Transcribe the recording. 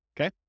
okay